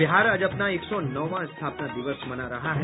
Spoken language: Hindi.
और बिहार आज अपना एक सौ नौवां स्थापना दिवस मना रहा है